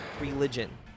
Religion